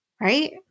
right